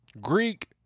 Greek